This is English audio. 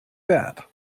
that